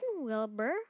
Wilbur